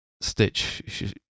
Stitch